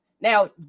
now